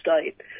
state